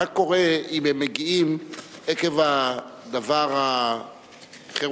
מה קורה אם הם מגיעים עקב דבר החירום